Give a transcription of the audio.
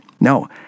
No